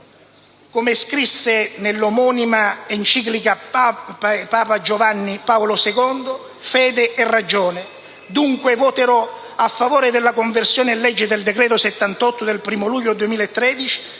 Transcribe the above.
come scrisse nell'omonima enciclica Giovanni Paolo II, dunque, voterò a favore della conversione in legge del decreto n. 78 del 1° luglio 2013